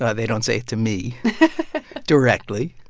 they don't say it to me directly.